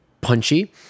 punchy